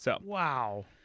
Wow